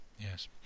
Yes